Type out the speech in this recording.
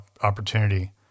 opportunity